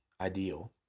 ideal